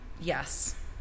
Yes